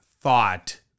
thought